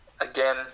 again